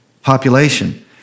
population